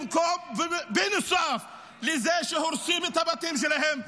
ובנוסף לזה שהורסים את הבתים שלהם,